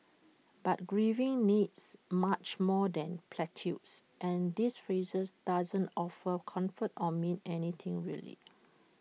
but grieving needs much more than platitudes and these phrases don't offer comfort or mean anything really